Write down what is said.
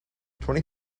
twenty